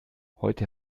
heute